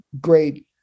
great